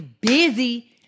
busy